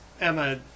Emma